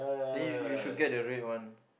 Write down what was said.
then you you you should get the red one